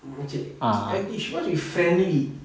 mm மூச்சி:moochi and she must be friendly